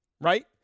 right